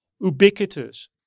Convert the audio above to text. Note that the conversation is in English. ubiquitous